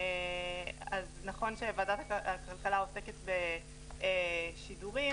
נכון שוועדת הכלכלה עוסקת בשידורים,